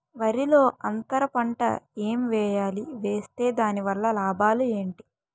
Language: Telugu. వరిలో అంతర పంట ఎం వేయాలి? వేస్తే దాని వల్ల లాభాలు ఏంటి?